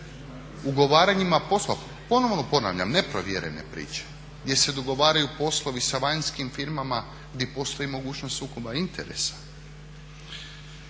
ugovaranjima posla, ponovno ponavljam neprovjerene priče gdje se dogovaraju poslovi sa vanjskim firmama gdje postoji mogućnost sukoba interesa.